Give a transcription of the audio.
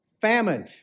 famine